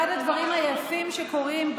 כבוד היושב-ראש,